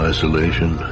Isolation